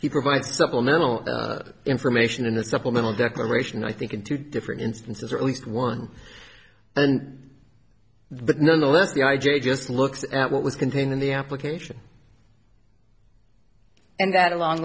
he provides supplemental information in the supplemental declaration i think in two different instances or at least one and but nonetheless the i j a just looks at what was contained in the application and that along